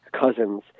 cousins